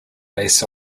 based